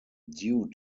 due